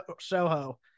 Soho